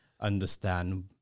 understand